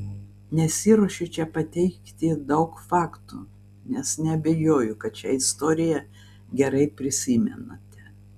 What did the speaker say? nesiruošiu čia pateikti daug faktų nes neabejoju kad šią istoriją gerai prisimenate